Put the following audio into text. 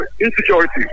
insecurity